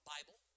Bible